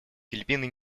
филиппины